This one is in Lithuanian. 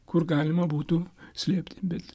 kur galima būtų slėpti bet